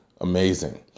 Amazing